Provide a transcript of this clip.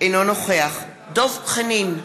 אינו נוכח דב חנין,